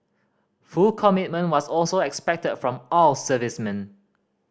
full commitment was also expected from all servicemen